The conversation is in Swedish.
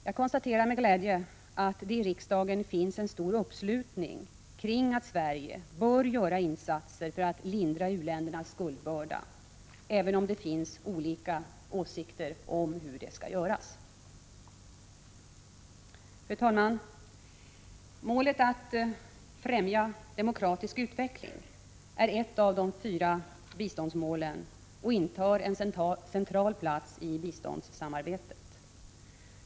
Jag konstaterar med glädje, fru talman, att det i riksdagen finns en stor uppslutning kring målsättningen att Sverige bör göra insatser för att lindra u-ländernas skuldbörda, även om vi har olika åsikter om hur det skall ske. Att främja en demokratisk utveckling är ett av de fyra biståndsmålen och intar en central plats i biståndssamarbetet.